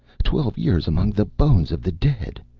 twelve years among the bones of the dead!